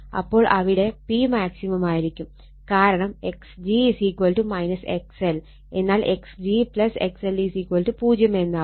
അപ്പോൾ അവിടെ P maximum ആയിരിക്കും കാരണം Xg XL എന്നാൽ Xg XL0 എന്നാവും